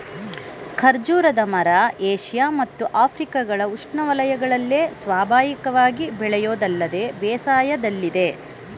ಖರ್ಜೂರದ ಮರ ಏಷ್ಯ ಮತ್ತು ಆಫ್ರಿಕಗಳ ಉಷ್ಣವಯಗಳಲ್ಲೆಲ್ಲ ಸ್ವಾಭಾವಿಕವಾಗಿ ಬೆಳೆಯೋದಲ್ಲದೆ ಬೇಸಾಯದಲ್ಲಿದೆ